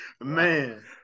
Man